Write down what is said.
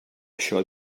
això